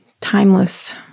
timeless